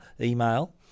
email